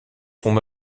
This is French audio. son